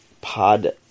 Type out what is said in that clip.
pod